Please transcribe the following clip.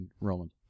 Roland